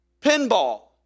pinball